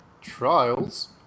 Trials